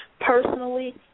personally